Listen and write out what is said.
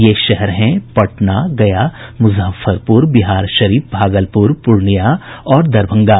ये शहर हैं पटना गया मुजफ्फरपुर बिहार शरीफ भागलपुर पूर्णियां और दरभंगा